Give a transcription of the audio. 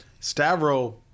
Stavro